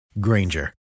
Granger